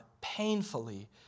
painfully